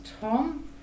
Tom